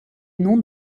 nom